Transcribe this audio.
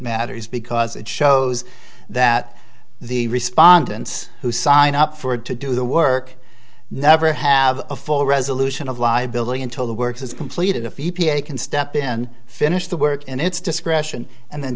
matters because it shows that the respondents who sign up for to do the work never have a full resolution of liability until the work has completed a few p a can step in finish the work in its discretion and then